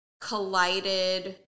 collided